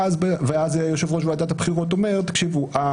ואז יושב-ראש ועדת הבחירות אומר: תקשיבו,